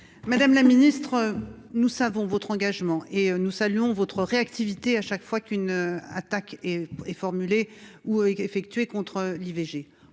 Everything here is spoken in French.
Madame la ministre, nous savons votre engagement et nous saluons votre réactivité, chaque fois qu’une attaque est portée contre ce